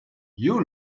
you